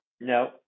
No